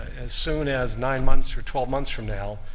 as soon as nine months or twelve months from now,